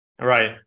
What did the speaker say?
Right